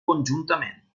conjuntament